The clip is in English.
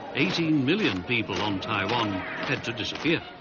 eighteen million people on taiwan had to disappear.